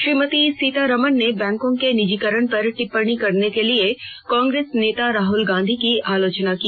श्रीमती सीतारामन ने बैंकों के निजीकरण पर टिप्पणी करने के लिए कांग्रेस नेता राहुल गांधी की आलोचना की